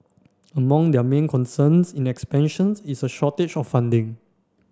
among their main concerns in expansion is a shortage of funding